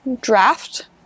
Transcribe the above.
draft